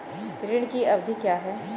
ऋण की अवधि क्या है?